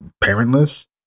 parentless